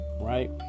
right